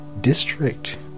district